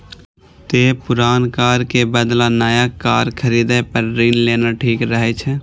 तें पुरान कार के बदला नया कार खरीदै पर ऋण लेना ठीक रहै छै